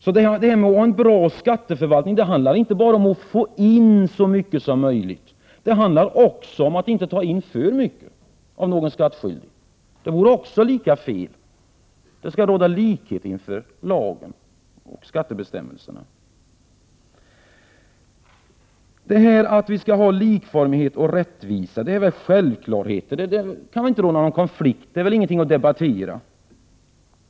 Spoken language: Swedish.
Att ha en bra skatteförvaltning handlar alltså inte bara om att få in så mycket pengar som möjligt. Det handlar också om att inte ta in för mycket pengar av någon skattskyldig. Det vore lika fel. Det skall råda likhet inför lagen och skattebestämmelserna. Det här att vi skall ha likformighet och rättvisa är väl självklarheter. Det är väl ingenting att debattera.